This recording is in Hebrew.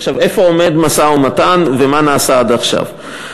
איפה עומד המשא-ומתן, ומה נעשה עד עכשיו?